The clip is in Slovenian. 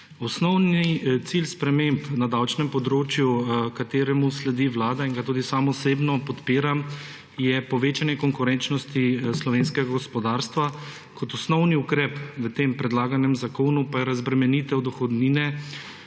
Osnovni cilj sprememb na davčnem področju, kateremu sledi Vlada in ga tudi sam osebno podpiram, je povečanje konkurenčnosti slovenskega gospodarstva, kot osnovni ukrep v tem predlaganem zakonu pa je razbremenitev dohodnine